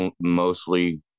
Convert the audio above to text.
mostly